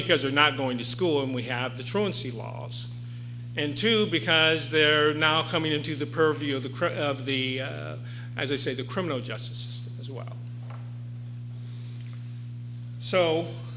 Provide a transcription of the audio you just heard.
because you're not going to school and we have the truancy laws and to because they're now coming into the purview of the crew of the as i say the criminal justice as well so